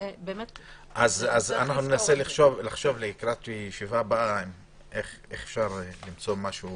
נחשוב לקראת הישיבה הבאה איך למצוא משהו